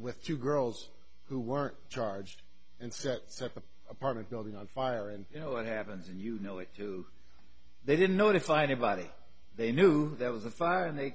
with two girls who were charged and sets up an apartment building on fire and you know what happens and you know it too they didn't notify anybody they knew there was a fire and they